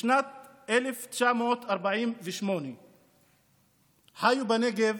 בשנת 1948 חיו בנגב